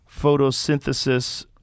photosynthesis